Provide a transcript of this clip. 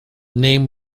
name